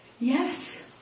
Yes